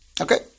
Okay